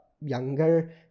younger